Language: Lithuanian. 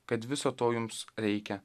kad viso to jums reikia